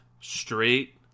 straight